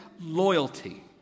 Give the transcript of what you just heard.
loyalty